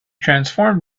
transformed